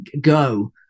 go